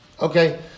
Okay